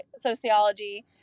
sociology